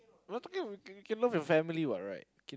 we're talking about you can love your family what right can